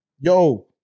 yo